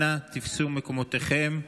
אנא תפסו מקומותיכם.